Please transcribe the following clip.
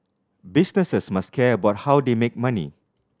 businesses must care about how they make money